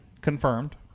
confirmed